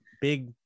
big